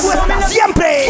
siempre